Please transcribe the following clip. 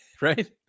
Right